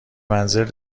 منزل